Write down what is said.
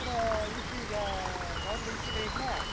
வெப்பட இசியா கவர்மெண்ட் இசி மையங்களா